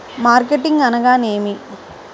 Marketing అనగానేమి?